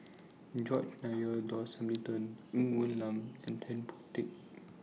George Nigel Douglas Hamilton Ng Woon Lam and Tan Boon Teik